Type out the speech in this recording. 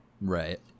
Right